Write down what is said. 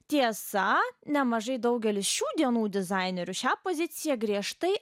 tiesa nemažai daugelis šių dienų dizainerių šią poziciją griežtai